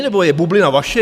Nebo je bublina vaše?